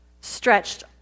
stretched